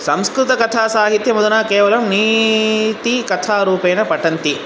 संस्कृतकथासाहित्यमुदानं केवलं नीतिकथारूपेण पठन्ति